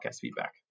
feedback